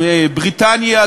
עם בריטניה,